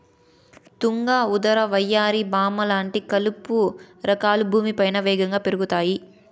తుంగ, ఉదర, వయ్యారి భామ లాంటి కలుపు రకాలు భూమిపైన వేగంగా పెరుగుతాయి